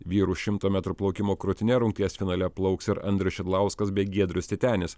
vyrų šimto metrų plaukimo krūtine rungties finale plauks ir andrius šidlauskas bei giedrius titenis